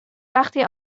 وقتی